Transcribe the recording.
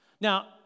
Now